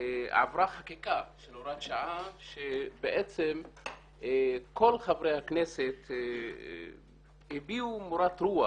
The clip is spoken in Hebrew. עברה חקיקה של הוראת שעה שבעצם כל חברי הכנסת הביעו מורת רוח